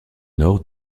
nord